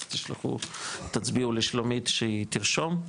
אז תצביעו לשלומית שהיא תרשום.